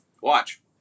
Watch